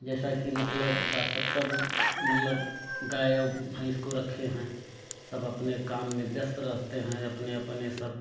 जैसा कि मतलब साठ सत्तर मतलब गाय और भैंस को रखे हैं सब अपने काम में व्यस्त रहते हैं अपने अपने सब